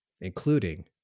including